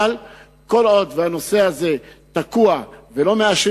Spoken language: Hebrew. אבל כל עוד הנושא הזה תקוע ולא מאשרים